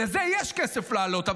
לזה יש כסף להעלות,